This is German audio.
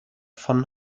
von